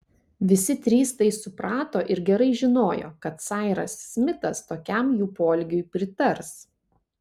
visi trys tai suprato ir gerai žinojo kad sairas smitas tokiam jų poelgiui pritars